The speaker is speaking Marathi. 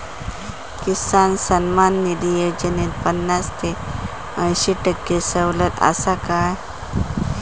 किसान सन्मान निधी योजनेत पन्नास ते अंयशी टक्के सवलत आसा काय?